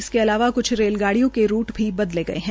इसके अलावा कुछ रेलगाड़ियों के रूट भी बदले गए हैं